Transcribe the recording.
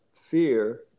fear